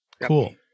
cool